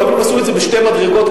לפעמים עשו את זה בשתי מדרגות,